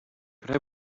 could